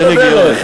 זה נגיעות,